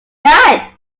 that